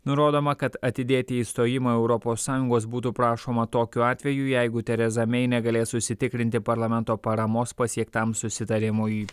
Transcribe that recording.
nurodoma kad atidėti išstojimą europos sąjungos būtų prašoma tokiu atveju jeigu tereza mei negalės užsitikrinti parlamento paramos pasiektam susitarimui